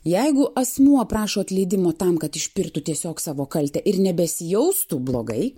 jeigu asmuo prašo atleidimo tam kad išpirktų tiesiog savo kaltę ir nebesijaustų blogai